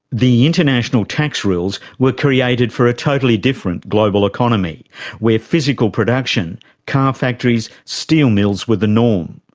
the international tax rules were created for a totally different global economy where physical production car factories, steel mills were the norm.